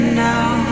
now